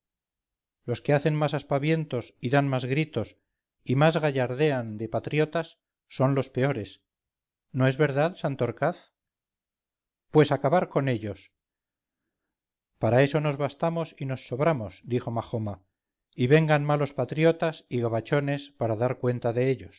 los que hacen más aspavientos y dan más gritos y más gallardean de patriotas son los peores no es verdad santorcaz pues acabar con ellos para eso nos bastamos y nos sobramos añadió majoma y vengan malos patriotas y gabachones para dar cuenta de ellos